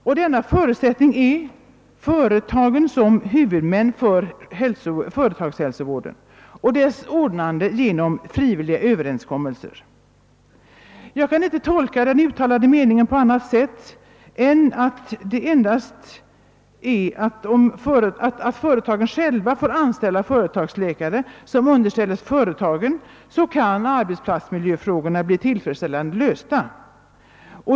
Och denna förutsättning är: företagen som huvudmän för företagshälsovården och dess ordnande genom frivilliga överenskommelser. Jag kan inte tolka den uttalade meningen på annat sätt än att endast om företagen själva får anställa företagsläkare, som underställes företagen, kan arbetsplatsmiljöfrågorna bli tillfredsställande lösta.